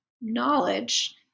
knowledge